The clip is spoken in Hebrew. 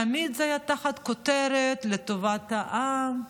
תמיד זה היה תחת כותרת: לטובת העם,